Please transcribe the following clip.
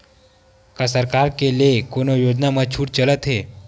का सरकार के ले कोनो योजना म छुट चलत हे?